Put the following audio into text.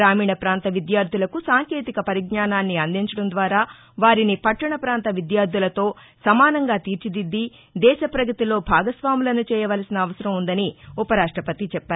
గ్రామీణ ప్రాంత విద్యార్దులకు సాంకేతిక పరిజ్ఞానాన్ని అందించడం ద్వారా వారిని పట్టణ ప్రాంత విద్యార్దులతో సమానంగా తీర్చిదిద్ది దేశ పగతిలో భాగస్వాములను చేయవలసిన అవసరం ఉందని ఉపరాష్టపతి అన్నారు